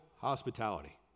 hospitality